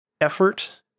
effort